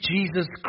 Jesus